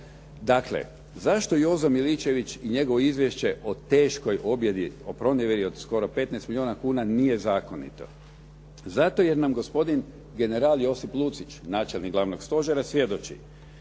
Dakle, zašto Jozo Miličević i njegovo izvješće o teškoj objedi, o pronevjeri od skoro 15 milijuna kuna nije zakonito? Zato jer nam gospodin general Josip Lucić načelnik Glavnog stožera svjedoči.